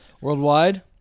worldwide